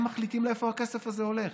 הם מחליטים לאין הכסף הזה הולך.